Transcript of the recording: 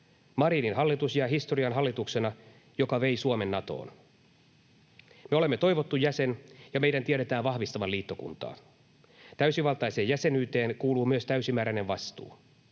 Marinin hallitus jää historiaan hallituksena, joka vei Suomen Natoon. Me olemme toivottu jäsen, ja meidän tiedetään vahvistavan liittokuntaa. Täysivaltaiseen jäsenyyteen kuuluu myös täysimääräinen vastuu.